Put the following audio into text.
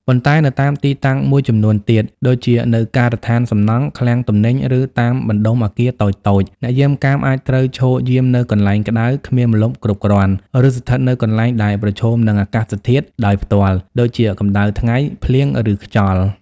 ប៉ុន្តែនៅតាមទីតាំងមួយចំនួនទៀត ដូចជានៅការដ្ឋានសំណង់ ឃ្លាំងទំនិញ ឬតាមបណ្ដុំអគារតូចៗ អ្នកយាមកាមអាចត្រូវឈរយាមនៅកន្លែងក្តៅ គ្មានម្លប់គ្រប់គ្រាន់ ឬស្ថិតនៅកន្លែងដែលប្រឈមនឹងអាកាសធាតុដោយផ្ទាល់ ដូចជាកម្ដៅថ្ងៃ ភ្លៀង ឬខ្យល់។